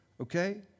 okay